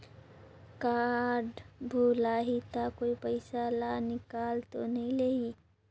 Card भुलाही ता कोई पईसा ला निकाल तो नि लेही?